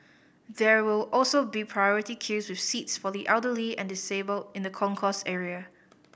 there will also be priority queues with seats for the elderly and disabled in the concourse area